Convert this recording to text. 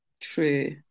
True